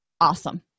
awesome